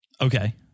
Okay